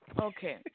Okay